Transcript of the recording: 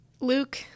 Luke